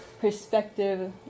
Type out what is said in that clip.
perspective